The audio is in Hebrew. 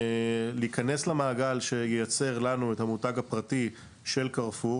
להיכנס למעגל שייצר לנו את המותג הפרטי של 'קרפור',